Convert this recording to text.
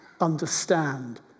understand